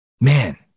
man